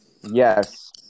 Yes